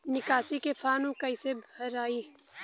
निकासी के फार्म कईसे भराई?